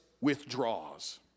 withdraws